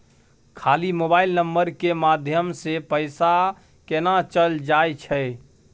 खाली mobile number के माध्यम से पैसा केना चल जायछै?